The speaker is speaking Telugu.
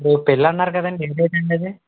ఇప్పుడు పెళ్ళన్నారు కదండి ఏ డేట్ అండి అది